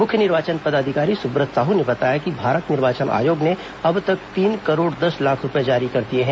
मुख्य निर्वाचन पदाधिकारी सुब्रत साह ने बताया कि भारत निर्वाचन आयोग ने अब तक तीन करोड़ दस लाख रूपए जारी कर दिए हैं